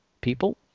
people